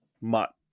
Mutt